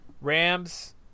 Rams